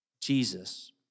Jesus